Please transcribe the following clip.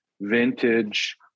vintage